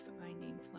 finding